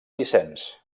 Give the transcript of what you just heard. vicenç